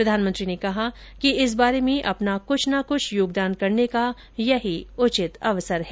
प्रधानमंत्री ने कहा कि इस बारे में अपना कुछ न कुछ योगदान करने का यही उचित अवसर है